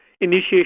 initiation